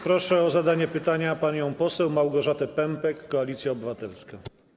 Proszę o zadanie pytania panią poseł Małgorzatę Pępek, Koalicja Obywatelska.